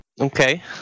Okay